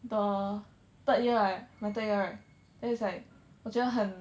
the third year right my third year right then it's like 我觉得很